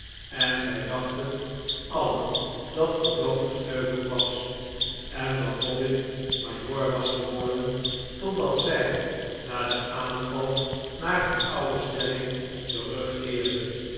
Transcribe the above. en zij dachten alien dat o'dowd gesneuveld was en dat dobbin majoor was geworden totdat zij na den aanval naar hun oude stelling terugkeerden